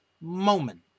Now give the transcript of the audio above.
moment